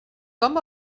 com